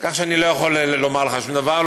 כך שאני לא יכול לומר לך שום דבר,